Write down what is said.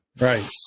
Right